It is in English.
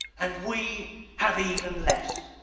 and we have even less.